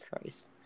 Christ